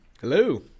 Hello